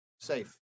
safe